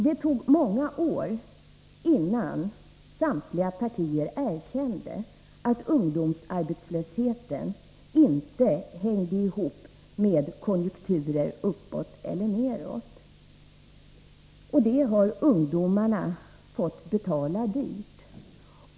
Det tog många år innan samtliga partier erkände att ungdomsarbetslösheten inte hängde ihop med konjunkturer uppåt eller nedåt. Det har ungdomarna fått betala dyrt.